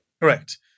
Correct